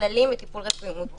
נכללים בטיפול רפואי מותר.